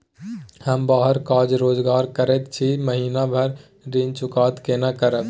हम बाहर काज रोजगार करैत छी, महीना भर ऋण चुकता केना करब?